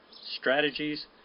strategies